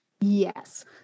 Yes